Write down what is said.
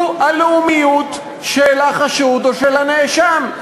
הוא הלאומיות של החשוד או של הנאשם?